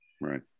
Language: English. Right